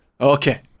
Okay